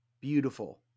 beautiful